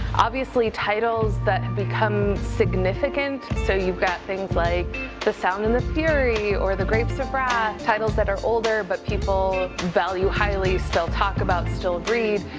obviously, titles that become significant. so, you've got things like the sound and the fury or the grapes of wrath, titles that are older but people value highly, highly, still talk about, still read.